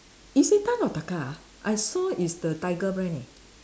Isetan or Taka I saw is the tiger brand leh